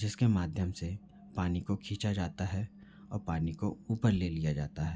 जिसके माध्यम से पानी को खींचा जाता है औ पानी को ऊपर ले लिया जाता है